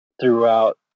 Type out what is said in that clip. throughout